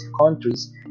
countries